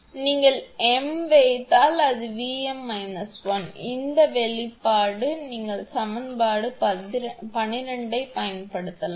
நீங்கள் m வைத்தால் அது 𝑉𝑚 −− 1 இந்த வெளிப்பாடாக நீங்கள் சமன்பாடு 12 ஐப் பயன்படுத்தலாம்